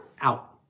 out